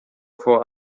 for